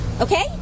Okay